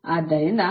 ಆದ್ದರಿಂದ ಇದು 10